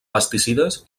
pesticides